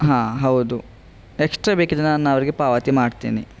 ಹಾಂ ಹೌದು ಎಕ್ಸ್ಟ್ರಾ ಬೇಕಿದ್ರೆ ನಾನು ಅವರಿಗೆ ಪಾವತಿ ಮಾಡ್ತಿನಿ